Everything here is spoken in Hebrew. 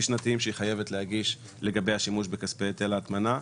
שנתיים שהיא חייבת להגיש לגבי השימוש בכספי היטל ההטמנה,